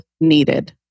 needed